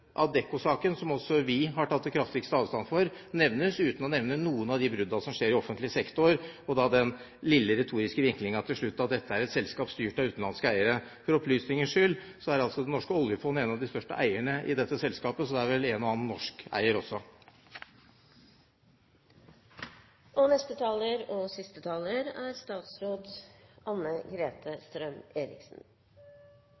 Adecco-saken, som også vi har tatt kraftig avstand fra, nevnes, uten å nevne noen av de bruddene som skjer i offentlig sektor, og med den lille retoriske vinklingen til slutt at dette er et selskap som er styrt av utenlandske eiere. For opplysningens skyld er altså det norske oljefondet en av de største eierne i dette selskapet, så det er vel en og annen norsk eier også. Stortingsmeldingen om velferdsutdanningene som, så vidt jeg vet, kommer i løpet av året, og